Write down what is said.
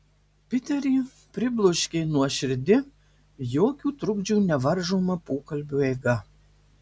piterį pribloškė nuoširdi jokių trukdžių nevaržoma pokalbio eiga